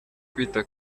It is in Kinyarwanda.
kwita